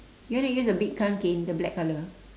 you want to use the big kanken the black color